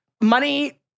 money